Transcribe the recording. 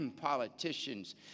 politicians